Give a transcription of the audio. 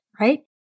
right